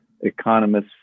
economists